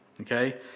Okay